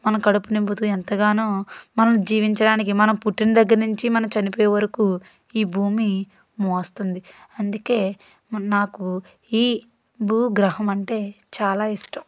మన కడుపు నింపుతూ ఎంతగానో మనం జీవించడానికి మనం పుట్టినదగ్గరనుంచి మనం చనిపోయే వరకు ఈ భూమి మోస్తుంది అందుకే నాకు ఈ భూగ్రహమంటే చాలా ఇష్టం